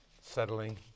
settling